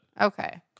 Okay